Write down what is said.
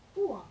!whoa!